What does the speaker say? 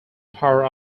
power